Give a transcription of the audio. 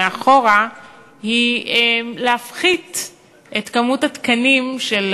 מאחור היא להפחית את כמות התקנים של